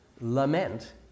lament